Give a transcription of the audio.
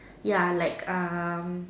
ya like um